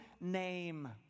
name